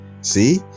see